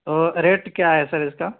تو ریٹ کیا ہے سر اس کا